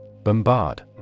Bombard